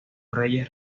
reyes